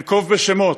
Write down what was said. אנקוב בשמות.